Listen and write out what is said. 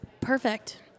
perfect